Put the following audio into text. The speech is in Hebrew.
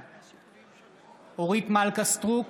בעד אורית מלכה סטרוק,